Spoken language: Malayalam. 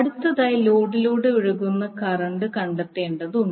അടുത്തതായി ലോഡിലൂടെ ഒഴുകുന്ന കറന്റ് കണ്ടെത്തേണ്ടതുണ്ട്